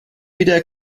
wieder